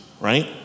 right